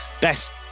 best